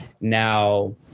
Now